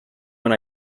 when